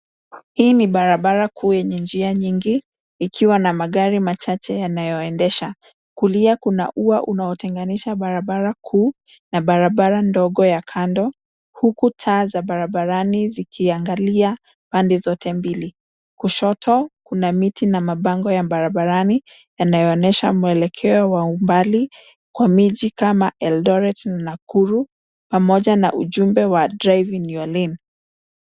Hii ni barabara kuu yenye njia nyingi ikiwa na magari machache yanayo endesha. Kulia kuna ua unaotenganisha barabara kuu na barabara ndogo ya kando huku taa za barabarani zikiangalia pande zote mbili. Kushoto kuna miti na mabango ya barabarani yanayo onyesha mwelekeo wa umbali kwa miji kama Eldoret na Nakuru pamoja na ujumbe wa drive in your lane .